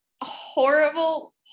horrible